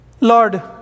Lord